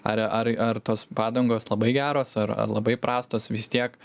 ar ar ar tos padangos labai geros ar ar labai prastos vis tiek